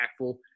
impactful